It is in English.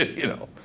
you know.